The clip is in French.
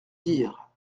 dire